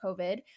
COVID